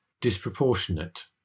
disproportionate